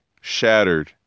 shattered